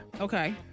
Okay